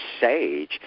sage